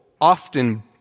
often